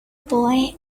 boy